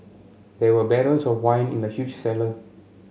there were barrels of wine in the huge cellar